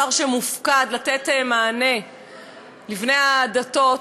שר שמופקד על לתת מענה לבני הדתות,